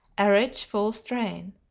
a rich, full strain.